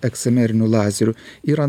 eksimerniu lazeriu yra